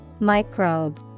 microbe